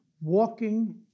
walking